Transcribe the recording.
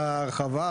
שההרחבה,